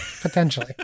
potentially